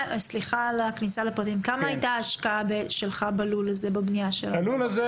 כמה הייתה ההשקעה שלך בבניית הלול?